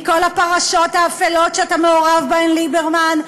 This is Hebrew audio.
מכל הפרשות האפלות שאתה מעורב בהן, ליברמן,